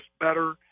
better